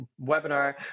webinar